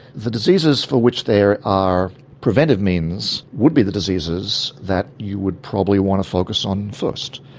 the diseases for which there are preventive means would be the diseases that you would probably want to focus on first.